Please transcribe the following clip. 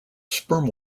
sperm